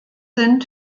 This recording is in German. sind